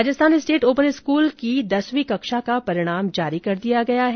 Rajasthan state open school की दसवीं कक्षा का परिणाम जारी कर दिया गया है